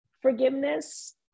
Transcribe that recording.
forgiveness